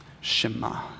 Shema